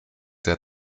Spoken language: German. der